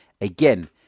Again